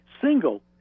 single